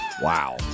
Wow